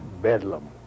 bedlam